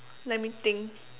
let me think